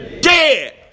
Dead